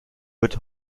wird